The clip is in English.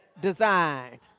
design